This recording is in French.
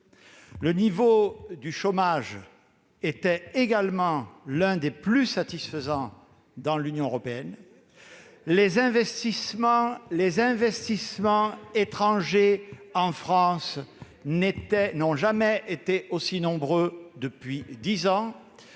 le niveau de chômage était également l'un des plus satisfaisants, tandis que les investissements étrangers n'avaient jamais été aussi nombreux depuis dix ans.